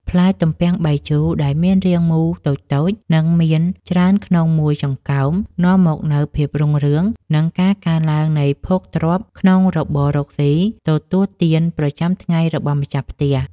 ផ្លែទំពាំងបាយជូរដែលមានរាងមូលតូចៗនិងមានច្រើនក្នុងមួយចង្កោមនាំមកនូវភាពរុងរឿង និង ការកើនឡើងនៃភោគទ្រព្យក្នុងរបររកស៊ីទទួលទានប្រចាំថ្ងៃរបស់ម្ចាស់ផ្ទះ។